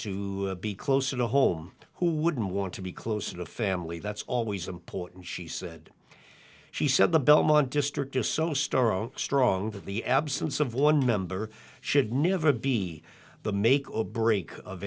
to be closer to home who would want to be close to a family that's always important she said she said the belmont district just so story strong that the absence of one member should never be the make or break of